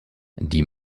die